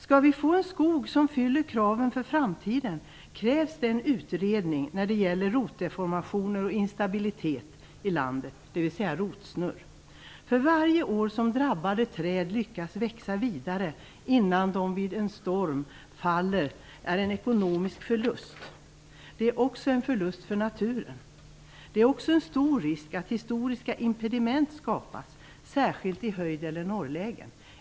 Skall vi få en skog som uppfyller kraven inför framtiden, krävs en utredning när det gäller rotdeformationer och instabilitet, dvs. rotsnurr. Varje år som drabbade träd lyckas växa vidare innan de vid en storm faller innebär en ekonomisk förlust. Det är också en förlust för naturen. Det är också en stor risk att historiska impediment skapas, särskilt i höjd eller norrlägen.